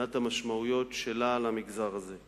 מבחינת המשמעויות שלה על המגזר הזה.